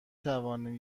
توانم